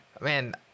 Man